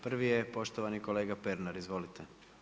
Prvi je poštovani kolega Pernar, izvolite.